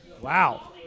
Wow